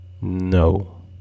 No